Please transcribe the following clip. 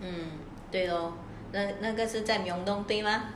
嗯对咯那个是在对吗